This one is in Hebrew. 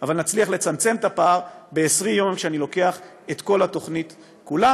אבל נצליח לצמצם את הפער ב-20 יום כשאני לוקח את כל התוכנית כולה.